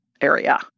area